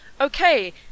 okay